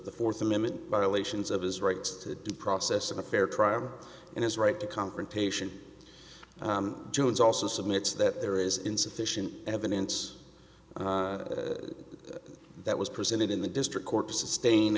the fourth amendment by relations of his rights to the process of a fair trial and his right to confrontation jones also submit that there is insufficient evidence that was presented in the district court to sustain